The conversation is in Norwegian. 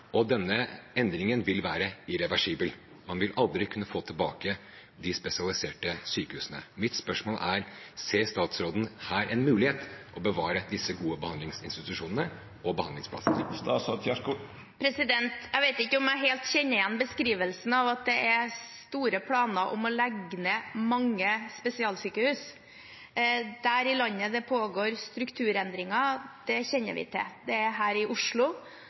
og denne endringen vil være irreversibel. Man vil aldri kunne få tilbake de spesialiserte sykehusene. Mitt spørsmål er: Ser statsråden her en mulighet for å bevare disse gode behandlingsinstitusjonene og behandlingsplassene? Jeg vet ikke om jeg helt kjenner igjen beskrivelsen av at det er store planer om å legge ned mange spesialsykehus. Der i landet det pågår strukturendringer, kjenner vi til det. Det er her i Oslo,